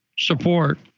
Support